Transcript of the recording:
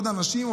עוד אנשים,